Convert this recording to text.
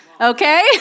okay